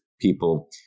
people